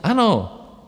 Ano.